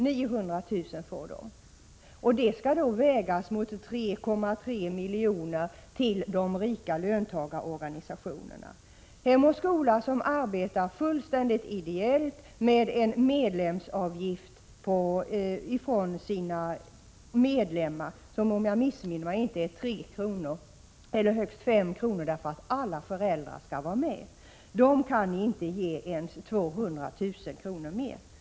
900 000 får man, och det skall vägas mot 3,3 miljoner till de rika löntagarorganisationerna! Hem o. skola, som arbetar fullständigt ideellt, med en medlemsavgift som, om jag inte missminner mig, är 3 eller högst 5 kr. för att alla föräldrar skall kunna vara med, kan ni inte ge ens 200 000 kr. mer.